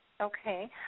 Okay